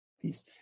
peace